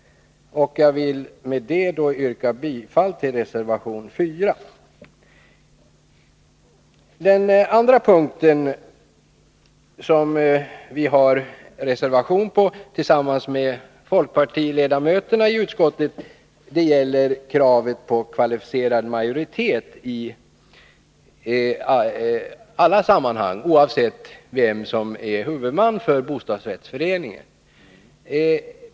Jag vill med detta yrka bifall till reservation 4. Den andra punkt där vi har avgivit reservation tillsammans med folkpartiledamöterna i utskottet gäller kravet på kvalificerad majoritet i alla sammanhang oavsett vem som är huvudman för bostadsrättsföreningen.